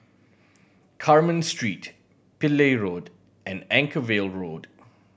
Carmen Street Pillai Road and Anchorvale Road